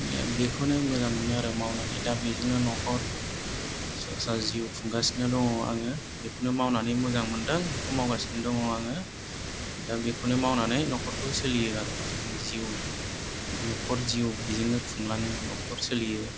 बेखौनो मोजां मोनो आरो मावनानै दा बेजोंनो न'खर जिउ खुंगासिनो दङ आङो बेखौनो मावनानै मोजां मोन्दों बेखौ मावगासिनो दङ आङो दा बेखौनो मावनानै न'खरखौ सोलियो आरो आङो जिउ न'खर जिउ बेजोंनो खुंलाङो न'खर सोलियो